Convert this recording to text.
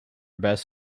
best